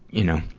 you know.